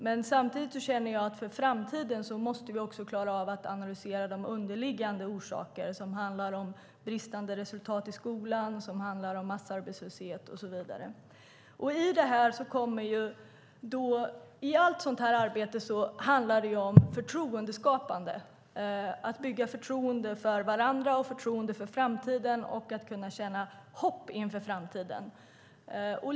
Men samtidigt känner jag att vi för framtiden också måste klara av att analysera de underliggande orsaker som handlar om bristande resultat i skolan, massarbetslöshet och så vidare. I allt sådant arbete handlar det om att skapa förtroende, att bygga förtroende för varandra och förtroende för framtiden, och om att kunna känna hopp inför framtiden.